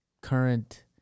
current